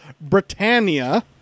Britannia